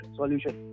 solution